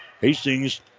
Hastings